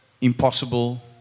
impossible